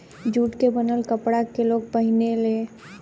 jute के बनल कपड़ा के लोग पहिने ले